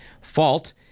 Fault